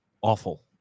awful